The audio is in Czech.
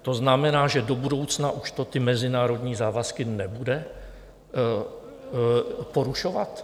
To znamená, že do budoucna už to ty mezinárodní závazky nebude porušovat?